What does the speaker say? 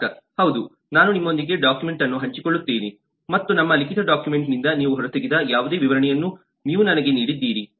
ಗ್ರಾಹಕ ಹೌದು ನಾನು ನಿಮ್ಮೊಂದಿಗೆ ಡಾಕ್ಯುಮೆಂಟ್ ಅನ್ನು ಹಂಚಿಕೊಳ್ಳುತ್ತೇನೆ ಮತ್ತು ನಮ್ಮ ಲಿಖಿತ ಡಾಕ್ಯುಮೆಂಟ್ನಿಂದ ನೀವು ಹೊರತೆಗೆದ ಯಾವುದೇ ವಿವರಣೆಯನ್ನು ನೀವು ನನಗೆ ನೀಡಿದ್ದೀರಿ